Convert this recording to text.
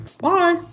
Bye